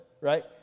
right